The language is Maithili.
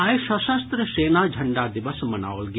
आइ सशस्त्र सेना झंडा दिवस मनाओल गेल